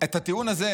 את הטיעון הזה,